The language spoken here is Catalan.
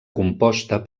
composta